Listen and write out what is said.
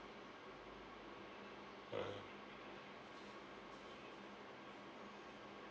uh